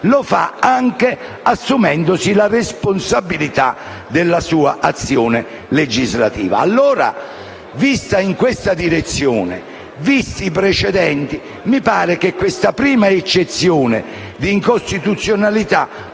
lo fa anche assumendosi la responsabilità della sua azione legislativa. Allora, vista in questa direzione e visti i precedenti, mi pare che questa prima eccezione di incostituzionalità